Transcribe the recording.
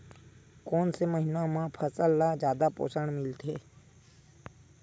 कोन से महीना म फसल ल जादा पोषण मिलथे?